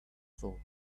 thought